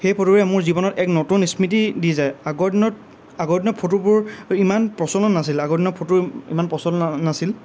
সেই ফটোৰেই মোৰ জীৱনত এক নতুন স্মৃতি দি যায় আগৰ দিনত আগৰ দিনত ফটোবোৰ ইমান প্ৰচলন নাছিল আগৰ দিনত ফটো ইমান প্ৰচলন নাছিল